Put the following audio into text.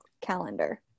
Calendar